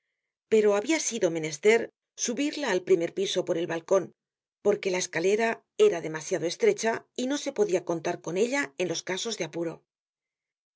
pero habia sido menester subirla al primer piso por el balcon porque la escalera era demasiado estrecha y no se podia contar con ella en los casos de apuro